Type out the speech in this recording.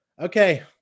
okay